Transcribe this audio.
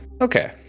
Okay